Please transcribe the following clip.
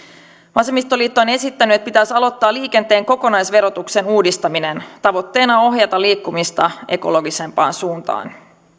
vasemmistoliitto on esittänyt että pitäisi aloittaa liikenteen kokonaisverotuksen uudistaminen tavoitteena ohjata liikkumista ekologisempaan suuntaan